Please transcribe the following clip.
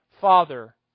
Father